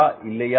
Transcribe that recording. அல்லது இல்லையா